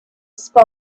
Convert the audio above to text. spy